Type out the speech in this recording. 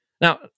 Now